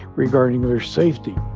regarding their safety.